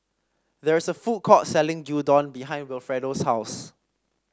there is a food court selling Gyudon behind Wilfredo's house